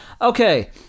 Okay